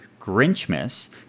Grinchmas